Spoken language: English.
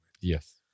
Yes